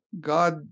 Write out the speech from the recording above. God